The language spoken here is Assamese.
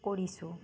কৰিছোঁ